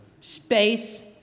space